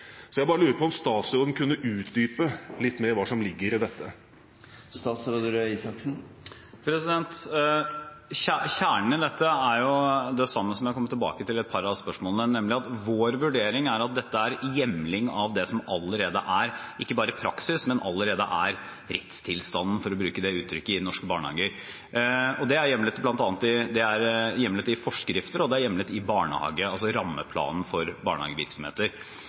så jeg bare lurer på om statsråden kunne utdype litt mer hva som ligger i dette. Kjernen i dette er det samme som jeg kom tilbake til ved et par av spørsmålene, nemlig at vår vurdering er at dette er hjemling av det som allerede er ikke bare praksis, men allerede er rettstilstanden – for å bruke det uttrykket – i norske barnehager. Det er hjemlet i forskrifter, og det er hjemlet i rammeplanen for barnehagevirksomheter. Observasjon og dokumentasjon er